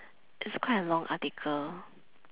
it's quite a long article